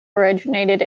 originated